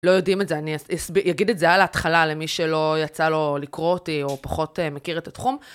לא יודעים את זה, אני אגיד את זה על ההתחלה למי שלא יצא לו לקרוא אותי או פחות מכיר את התחום.